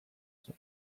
zen